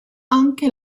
anche